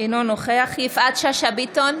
יפעת שאשא ביטון,